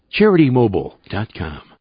CharityMobile.com